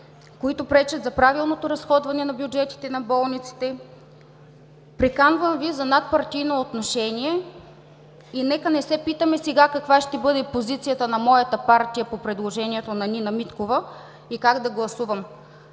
които пречат за правилното разходване на бюджетите на болниците. Приканвам Ви за надпартийно отношение. Нека не се питаме сега каква ще бъде позицията на моята партия по предложението на Нина Миткова и как да гласувам.